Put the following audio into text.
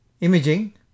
imaging